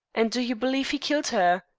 and do you believe he killed her?